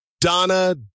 Donna